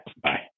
bye